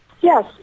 Yes